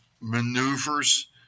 maneuvers